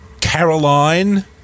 Caroline